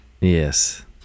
Yes